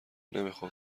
نمیخام